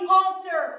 altar